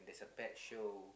it's a pet show